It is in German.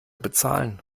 bezahlen